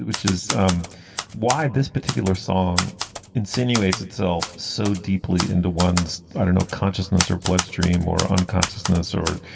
which is um why this particular song insinuates itself so deeply into ones, i don't know, consciousness or bloodstream or unconsciousness or,